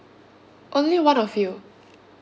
only one of you